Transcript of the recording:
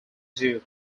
duke